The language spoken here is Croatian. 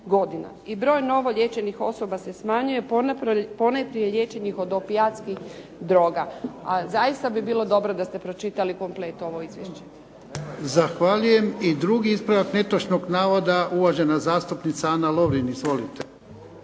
I broj novoliječenih osoba se smanjuje, ponajprije liječenih od opijatskih droga. A zaista bi bilo dobro da ste pročitali komplet ovo izvješće. **Jarnjak, Ivan (HDZ)** Zahvaljujem. I drugi ispravak netočnog navoda, uvažena zastupnica Ana Lovrin. Izvolite.